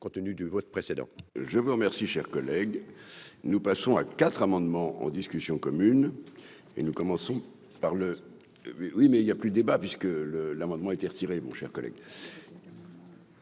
compte tenu du vote précédent.